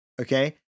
Okay